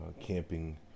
camping